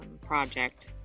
project